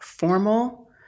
formal